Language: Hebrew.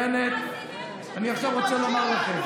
בנט, אני עכשיו רוצה לומר לכם,